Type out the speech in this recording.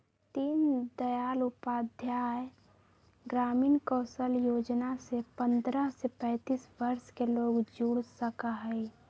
दीन दयाल उपाध्याय ग्रामीण कौशल योजना से पंद्रह से पैतींस वर्ष के लोग जुड़ सका हई